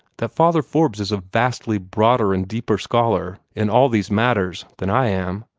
that father forbes is a vastly broader and deeper scholar in all these matters than i am.